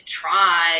try